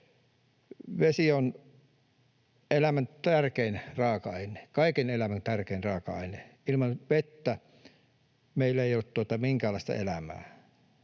Vesi on elämän tärkein raaka-aine, kaiken elämän tärkein raaka-aine. Ilman vettä meillä ei ole minkäänlaista elämää.